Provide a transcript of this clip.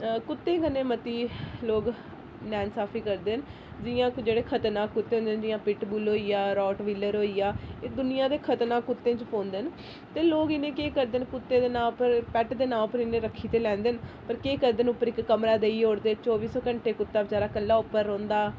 कुत्तें कन्नै मती लोग नां इसाफी करदे न जियां कि जेह्ड़े कि खतरनाक कुत्ते होंदे न जियां पिटबुल होई गेआ राटवीलर होई गेआ एह् दुनियां दे खतरनाक कुत्तें च पौंदे न ते लोक इ'नेंगी केह् करदे न कुत्ते दे नांऽ पर पैट दे नांऽ उप्पर इन्ने रक्खी ते लैंदे न पर केह् करदे न उप्पर इक कमरा देई ओड़दे चौबी सौ घंटे कुत्ता बचैरा कल्ला उप्पर रौंह्दा